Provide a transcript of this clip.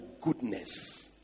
goodness